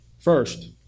First